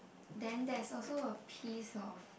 then there's also a piece of